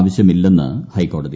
ആവശ്യമില്ലെന്ന് ഹൈക്കോടതി